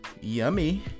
yummy